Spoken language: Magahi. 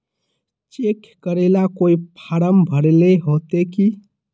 चेक करेला कोई फारम भरेले होते की?